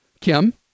Kim